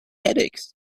headaches